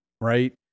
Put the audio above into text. right